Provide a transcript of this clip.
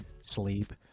sleep